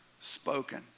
spoken